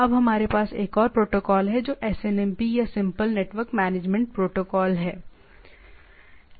अब हमारे पास एक और प्रोटोकॉल है जो SNMP या सिंपल नेटवर्क मैनेजमेंट प्रोटोकॉल है